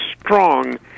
strong